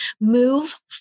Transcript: move